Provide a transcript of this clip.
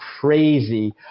crazy